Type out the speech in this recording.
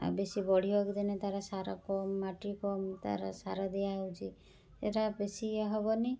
ବେଶୀ ବଢ଼ିବାକୁ ଦିଏନି ତା'ର ସାର କମ୍ ମାଟି କମ୍ ତା'ର ସାର ଦିଆ ହେଉଛି ଏଇଟା ବେଶୀ ହବନି